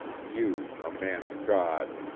you a man of god!